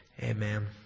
Amen